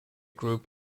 group